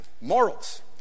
morals